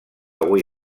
avui